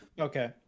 Okay